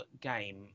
game